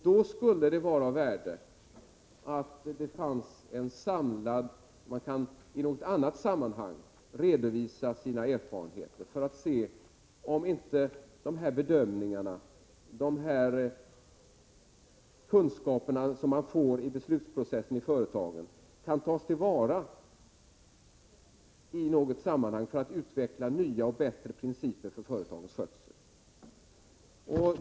Då skulle det vara av värde om man i något annat sammanhang kunde redovisa sina erfarenheter för att se om de kunskaper som man har fått i beslutsprocessen kan tas till vara för att utveckla nya och bättre principer för företagens skötsel.